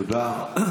תודה רבה.